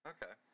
Okay